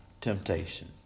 temptation